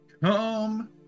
come